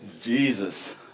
Jesus